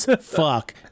Fuck